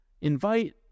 invite